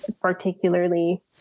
particularly